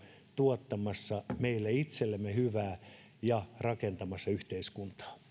tuottamassa meille itsellemme hyvää ja rakentamassa yhteiskuntaa